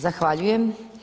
Zahvaljujem.